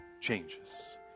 changes